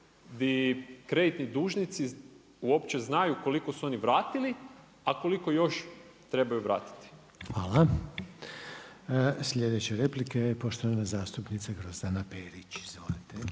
gdje kreditni dužnici uopće znaju koliko su oni vratili, a koliko još trebaju vratiti. **Reiner, Željko (HDZ)** Hvala. Sljedeća replika je poštovana zastupnica Grozdana Perić. Izvolite.